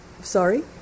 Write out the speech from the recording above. Sorry